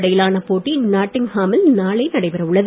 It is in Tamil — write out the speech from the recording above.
இடையிலான போட்டி நாட்டிங் ஹாமில் நாளை நடைபெற உள்ளது